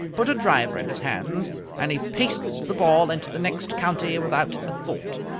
put a driver in his hands and he pastes the ball into the next county without a thought.